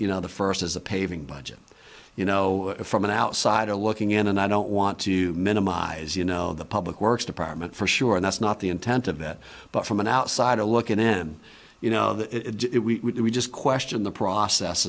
you know the first is the paving budget you know from an outsider looking in and i don't want to minimize you know the public works department for sure and that's not the intent of it but from an outsider look at them you know we just question the process